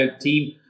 team